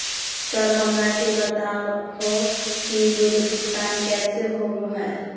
Sir हमरा के बता हो कि बिल भुगतान कैसे होबो है?